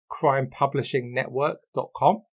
crimepublishingnetwork.com